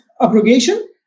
abrogation